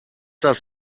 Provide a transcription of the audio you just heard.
das